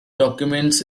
documents